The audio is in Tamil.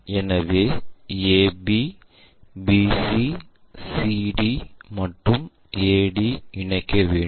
எனவே a b bc c d மற்றும் a d இனைக்க வேண்டும்